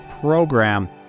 program